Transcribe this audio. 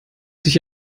sich